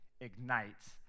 ignites